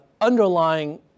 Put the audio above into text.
underlying